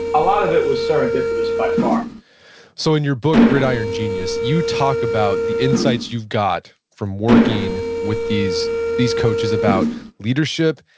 a lot of it was serendipitous by far so, in your book gridiron genius, you talk about the insights you got from working with these these coaches about leadership,